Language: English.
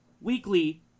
weekly